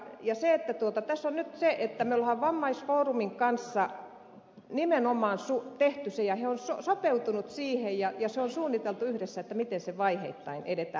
tässä on nyt se että me olemme vammaisfoorumin kanssa nimenomaan tehneet sen ja he ovat sopeutuneet siihen ja se on suunniteltu yhdessä miten vaiheittain edetään